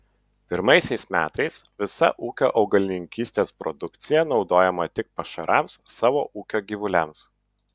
pirmaisiais metais visa ūkio augalininkystės produkcija naudojama tik pašarams savo ūkio gyvuliams